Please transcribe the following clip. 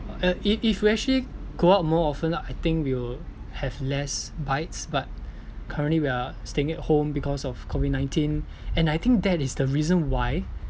uh i~ if we actually go out more often now I think we will have less bites but currently we are staying at home because of COVID nineteen and I think that is the reason why